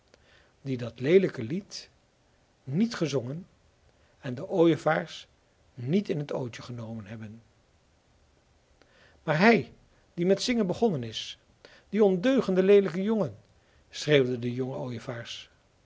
die dat leelijke lied niet gezongen en de ooievaars niet in het ootje genomen hebben maar hij die met zingen begonnen is die ondeugende leelijke jongen schreeuwden de jonge ooievaars